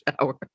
shower